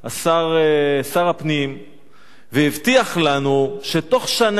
שר הפנים והבטיח לנו שבתוך שנה